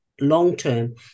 long-term